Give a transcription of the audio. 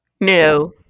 No